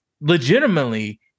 legitimately